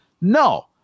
No